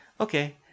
Okay